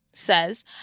says